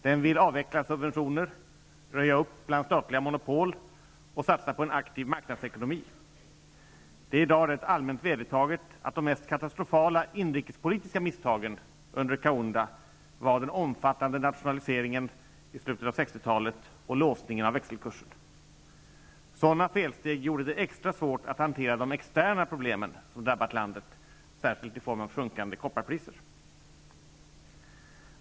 Den vill avveckla subventioner, röja upp bland statliga monopol och satsa på en aktiv marknadsekonomi. b > Det är i dag rätt allmänt vedertaget att de mest katastrofala inrikespolitiska misstagen under Kaunda var den omfattande nationaliseringen i slutet av 60-talet och låsningen av växelkursen. Sådana felsteg gjorde det extra svårt att hantera de externa problemen som drabbat landet, särskilt i form av sjunkande kopparpriser.